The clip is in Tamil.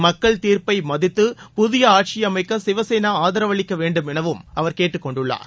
மக்கள் தீர்ப்பை மதித்து புதிய ஆட்சியமைக்க சிவசேனா ஆதரவளிக்க வேண்டும் எனவும் அவர் கேட்டுக்கொண்டார்